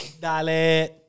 Dale